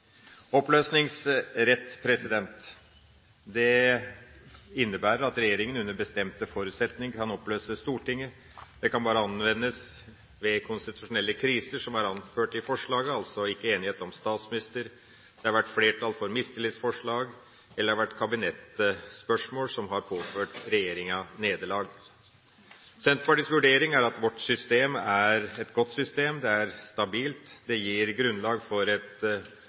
Oppløsningsrett innebærer at regjeringa under bestemte forutsetninger kan oppløse Stortinget. Det kan bare anvendes ved konstitusjonelle kriser, som er anført i forslaget, f.eks. ikke enighet om statsminister, at det har vært flertall for mistillitsforslag eller at det har vært kabinettspørsmål som har påført regjeringa nederlag. Senterpartiets vurdering er at vårt system er et godt system. Det er stabilt, det gir grunnlag for et